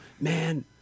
man